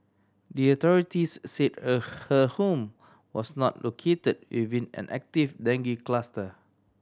the authorities said a her home was not located within an active dengue cluster